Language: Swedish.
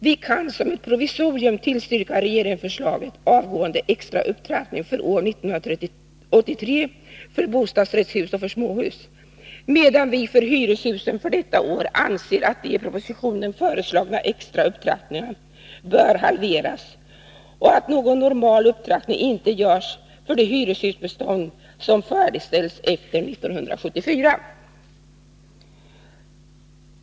Vi kan som ett provisorium tillstyrka regeringsförslaget avseende extra upptrappning för år 1983 för bostadsrättshus och för småhus, medan vi för hyreshusen anser att de i propositionen föreslagna extra upptrappningarna för detta år bör halveras och att någon normal upptrappning inte görs för det hyreshusbestånd som färdigställts efter 1974.